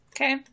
Okay